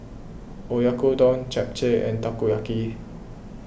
Oyakodon Japchae and Takoyaki